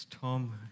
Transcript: Tom